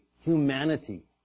humanity